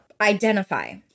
identify